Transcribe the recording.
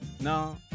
No